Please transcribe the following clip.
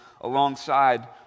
alongside